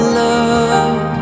love